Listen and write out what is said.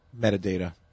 metadata